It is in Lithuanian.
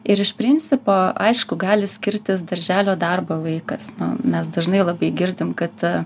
ir iš principo aišku gali skirtis darželio darbo laikas mes dažnai labai girdim kad